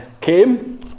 came